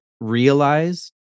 realize